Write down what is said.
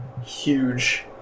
Huge